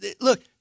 look